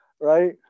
Right